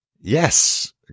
Yes